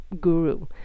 guru